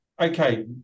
okay